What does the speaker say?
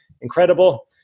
Incredible